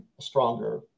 stronger